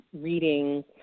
reading